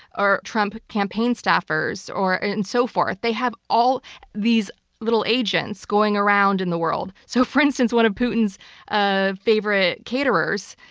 or trump campaign staffers, and and so forth. they have all these little agents going around in the world. so for instance, one of putin's ah favorite caterers,